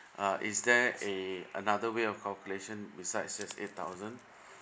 uh is there eh another way of calculation besides just eight thousand